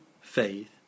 faith